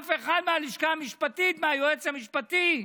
אף אחד מהלשכה המשפטית, מהיועץ המשפטי.